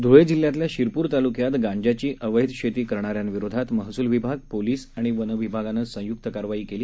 धुळे जिल्ह्यातल्या शिरपूर तालुक्यात गांज्याची अवैध शेती करणाऱ्यांविरोधात महसूल विभाग पोलीस आणि वन विभागानं संयुक्त कारवाई केली